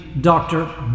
Dr